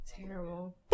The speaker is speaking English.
Terrible